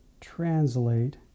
translate